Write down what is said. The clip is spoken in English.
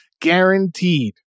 guaranteed